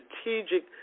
strategic